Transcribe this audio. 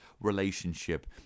relationship